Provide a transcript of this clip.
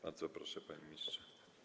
Bardzo proszę, panie ministrze.